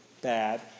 bad